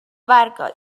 barca